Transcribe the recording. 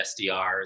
SDRs